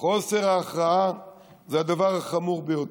חוסר ההכרעה זה הדבר החמור ביותר.